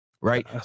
right